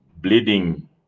bleeding